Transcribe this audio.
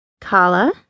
Kala